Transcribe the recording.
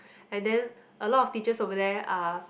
and then a lot of teachers over there are